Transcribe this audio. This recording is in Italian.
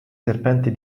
serpenti